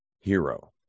hero